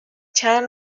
چند